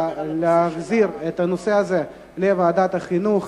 להחזיר את הנושא הזה לוועדת החינוך.